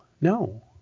no